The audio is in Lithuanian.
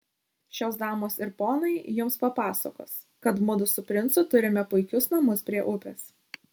šios damos ir ponai jums papasakos kad mudu su princu turime puikius namus prie upės